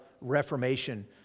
reformation